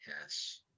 yes